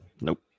Nope